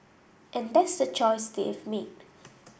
and that's the choice they've made